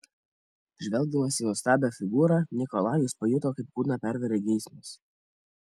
žvelgdamas į nuostabią figūrą nikolajus pajuto kaip kūną pervėrė geismas